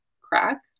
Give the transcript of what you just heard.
crack